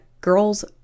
girls